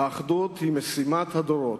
האחדות היא משימת הדורות,